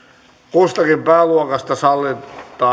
kustakin pääluokasta sallitaan